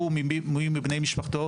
הוא או מי מבני משפחתו,